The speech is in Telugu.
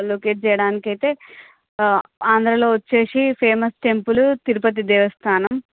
లొకేట్ చేయడానికి అయితే ఆంధ్రాలో వచ్చేసి ఫేమస్ టెంపులు తిరుపతి దేవస్థానం